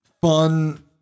fun